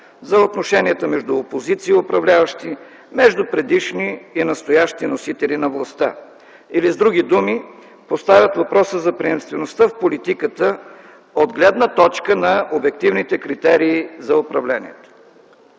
за отношенията между опозиция и управляващи, между предишни и настоящи носители на властта, или с други думи, поставят въпроса за приемствеността в политиката от гледна точка на обективните критерии за управлението.